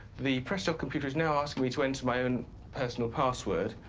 the prestel computer is now asking me to enter my own personal password.